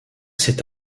cette